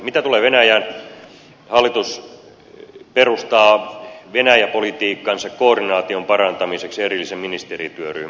mitä tulee venäjään niin hallitus perustaa venäjä politiikkansa koordinaation parantamiseksi erillisen ministerityöryhmän